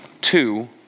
two